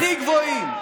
הכי גבוהים.